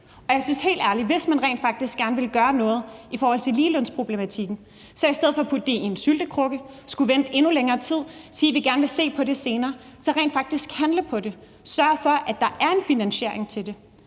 Jeg synes helt ærligt, at hvis man rent faktisk gerne vil gøre noget ved ligelønsproblematikken i stedet for at putte det i en syltekrukke og skulle vente endnu længere tid og sige, at man gerne vil se på det senere, så skal man rent faktisk handle på det og sørge for, at der er en finansiering til det.